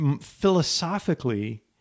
philosophically